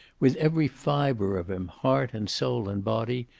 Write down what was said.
with every fiber of him, heart and soul and body,